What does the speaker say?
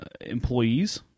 employees